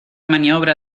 maniobra